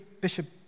Bishop